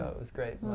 it was great,